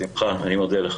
בשמחה, אני מודה לך.